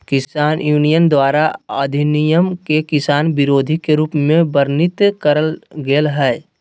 किसान यूनियन द्वारा अधिनियम के किसान विरोधी के रूप में वर्णित करल गेल हई